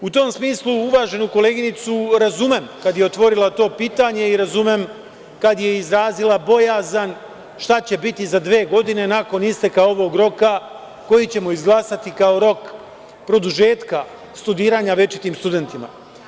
U tom smislu, uvaženu koleginicu razumem kad je otvorila to pitanje i razumem kad je izrazila bojazan šta će biti za dve godine, nakon isteka ovog roka koji ćemo izglasati kao rok produžetka studiranja večitim studentima.